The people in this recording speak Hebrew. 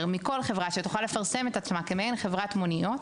מכל חברה שתוכל לפרסם את עצמה כמעין חברת מוניות.